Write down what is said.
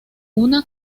una